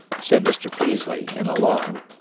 said mr. peaslee, in alarm.